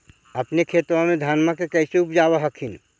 अपने खेतबा मे धन्मा के कैसे उपजाब हखिन?